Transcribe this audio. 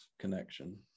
connection